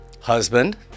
husband